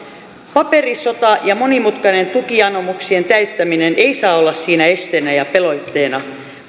paperisota ja monimutkainen tukianomuksien täyttäminen ei saa olla siinä esteenä ja pelotteena